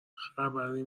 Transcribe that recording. خبری